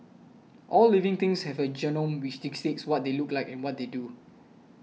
all living things have a genome which dictates what they look like and what they do